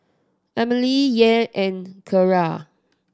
Emilie Yael and Keara